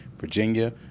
Virginia